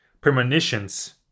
Premonitions